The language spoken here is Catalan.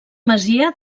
masia